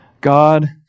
God